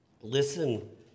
Listen